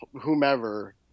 whomever